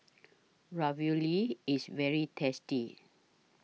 Ravioli IS very tasty